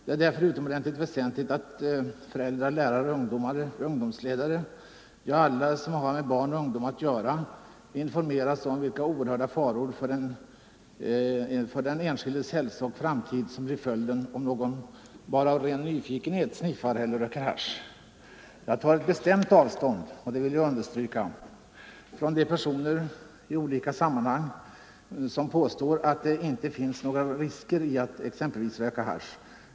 Det är därför utomordentligt väsentligt att föräldrar, lärare och ungdomsledare - ja, alla som har med barn och ungdom att göra —- informeras om vilka oerhörda faror för den enskildes hälsa och framtid som blir följden, om någon bara av ren nyfikenhet sniffar eller röker hasch. Jag tar bestämt avstånd — det vill jag understryka — från de personer som i olika sammanhang påstår att det inte ligger några risker i att exempelvis röka hasch.